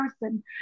person